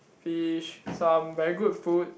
fish some very good food